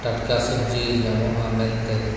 ᱴᱟᱴᱠᱟ ᱥᱚᱵᱡᱤ ᱧᱟᱢᱚᱜᱼᱟ ᱢᱮᱱᱛᱮ